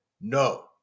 no